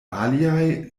aliaj